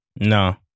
No